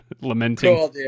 lamenting